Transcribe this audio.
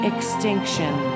Extinction